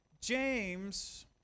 James